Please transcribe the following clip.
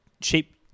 shape